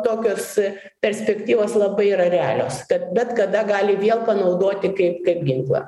tokios perspektyvos labai yra realios kad bet kada gali vėl panaudoti kaip ginklą